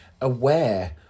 aware